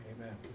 Amen